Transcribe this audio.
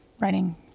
writing